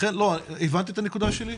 הבנת את הנקודה שלי?